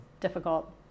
difficult